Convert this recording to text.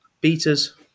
beaters